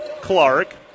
Clark